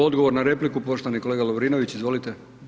Odgovor na repliku, poštovani kolega Lovrinović, izvolite.